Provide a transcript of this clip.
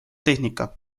tehnika